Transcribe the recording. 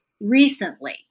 recently